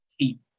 keep